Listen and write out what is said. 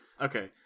Okay